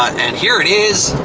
and here it is,